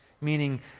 Meaning